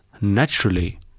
naturally